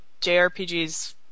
JRPGs